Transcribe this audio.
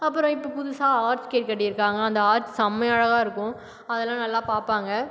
அப்புறம் இப்போ புதுசாக ஆர்ச் கேட் கட்டியிருக்காங்க அந்த ஆர்ச் செம்ம அழகாக இருக்கும் அதல்லாம் நல்லா பார்ப்பாங்க